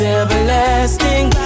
everlasting